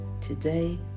today